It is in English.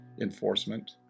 enforcement